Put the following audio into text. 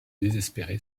désespéré